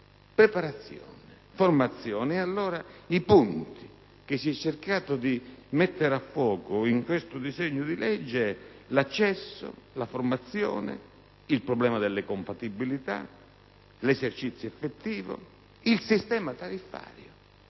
preparazione, formazione. E allora, i punti che si è cercato di mettere a fuoco in questo disegno di legge sono: l'accesso, la formazione, il problema delle compatibilità, l'esercizio effettivo e il sistema tariffario.